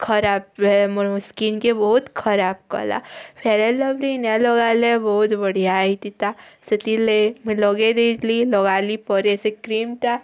ଖରାପ୍ ମୋର ସ୍କିନ୍ କି ବହୁତ୍ ଖରାପ୍ କଲା ଫେରାନ୍ଲବ୍ଲି ନାଇଁ ଲଗାଇଲେ ବହୁତ୍ ବଢ଼ିଆ ହେଇଥିତା ସେଥିର୍ ଲାଗି ମୁଁ ଲଗେଇଦେଇଥିଲି ଲଗାଲି ପରେ ସେ କ୍ରିମ୍ଟା